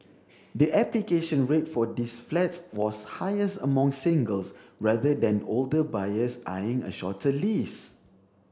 the application rate for these flats was highest among singles rather than older buyers eyeing a shorter lease